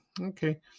Okay